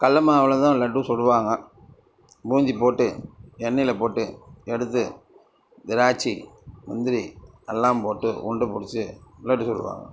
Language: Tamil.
கல்ல மாவுல தான் லட்டு சுடுவாங்க பூந்தி போட்டு எண்ணையில போட்டு எடுத்து திராட்சை முந்திரி எல்லாம் போட்டு உருண்டை பிடுச்சி லட்டு சுடுவாங்க